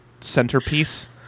centerpiece